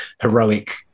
heroic